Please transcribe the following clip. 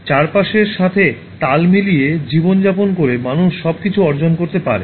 চারপাশের সাথে তাল মিলিয়ে জীবন যাপন করে মানুষ সব কিছু অর্জন করতে পারে